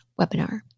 webinar